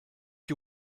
you